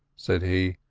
said he,